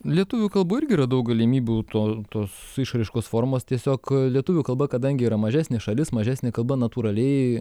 lietuvių kalboj irgi yra daug galimybių to tos išraiškos formos tiesiog lietuvių kalba kadangi yra mažesnė šalis mažesnė kalba natūraliai